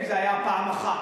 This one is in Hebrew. אם זה היה פעם אחת,